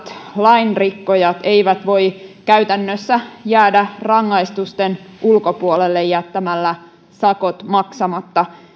lainrikkojat eivät voi käytännössä jäädä rangaistusten ulkopuolelle jättämällä sakot maksamatta